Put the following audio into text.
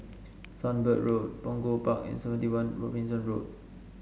Sunbird Road Punggol Park and Seventy One Robinson Road